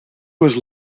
was